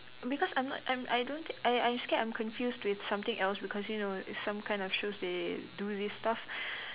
because I'm not I'm I don't think I I'm scared I'm confused to something else because you know some kind of shows they do this stuff